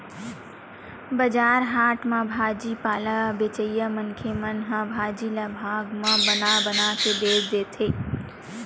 बजार हाट म भाजी पाला बेचइया मनखे मन ह भाजी ल भाग म बना बना के बेचथे